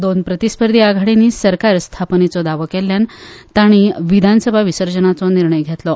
दोन प्रतिस्पर्धी आघाडींनी सरकार स्थापनेचो दावो केल्ल्यान ातंणी विधानसभा विसर्जनाचो निर्णय घेतलो